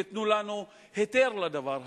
תנו לנו היתר לדבר הזה?